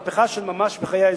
מהפכה של ממש בחיי האזרח.